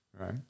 Right